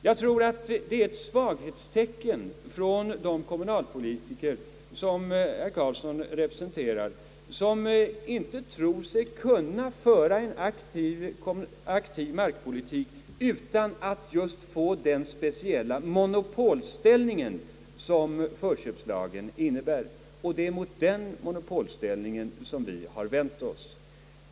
Jag tror att det är ett svaghetstecken från de kommunalpolitiker, som herr Karlsson representerar, vilka inte tror sig kunna föra en aktiv markpolitik utan att få den speciella monopolställning som förköpslagen innebär. Det är mot den monopolställningen som vi vänt oss.